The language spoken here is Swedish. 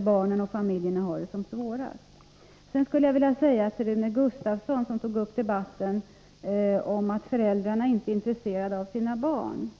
barnfamiljerna har det som svårast. Rune Gustavsson sade att föräldrarna inte är intresserade av sina barn.